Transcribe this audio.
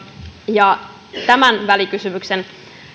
ja tämän välikysymyksen